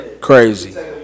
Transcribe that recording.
crazy